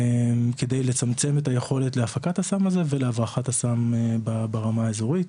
כדי לצמצם את היכולת להפקת הסם הזה ולהברחת הסם ברמה האזורית.